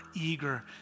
eager